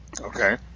okay